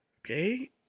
Okay